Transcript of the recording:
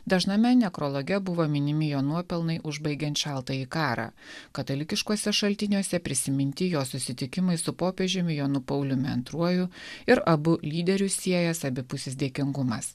dažname nekrologe buvo minimi jo nuopelnai užbaigiant šaltąjį karą katalikiškuose šaltiniuose prisiminti jo susitikimai su popiežiumi jonu pauliumi antruoju ir abu lyderius siejęs abipusis dėkingumas